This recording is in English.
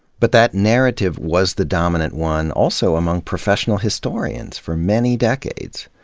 but that narrative was the dominant one also among professional historians for many decades.